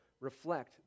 reflect